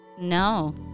No